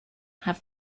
have